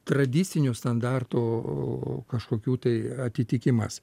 tradicinių standartų kažkokių tai atitikimas